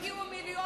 לא הגיעו מיליונים.